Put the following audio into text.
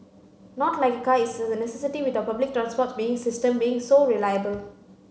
not like a car is a necessity with our public transports being system being so reliable